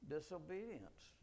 Disobedience